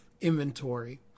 inventory